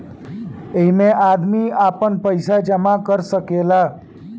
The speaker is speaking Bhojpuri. ऐइमे आदमी आपन पईसा जमा कर सकेले